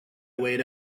wait